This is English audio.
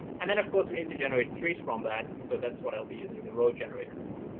and then, of course, we need to generate streets from that so that's what i'll be using the road generator for.